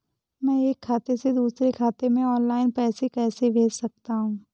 मैं एक खाते से दूसरे खाते में ऑनलाइन पैसे कैसे भेज सकता हूँ?